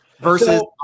versus